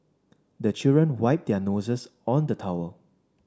the children wipe their noses on the towel